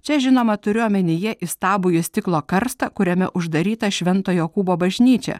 čia žinoma turiu omenyje įstabųjį stiklo karstą kuriame uždaryta švento jokūbo bažnyčia